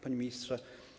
Panie Ministrze!